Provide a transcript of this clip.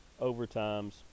overtimes